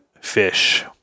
Fish